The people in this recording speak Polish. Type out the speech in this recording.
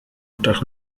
oczach